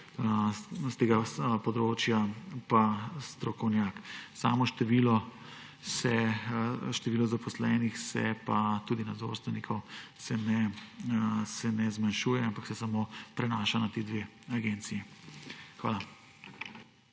s tega področja. Samo število zaposlenih, tudi nadzorstvenikov, se ne zmanjšuje, ampak se samo prenaša na ti dve agenciji. Hvala.